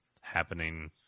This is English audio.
happening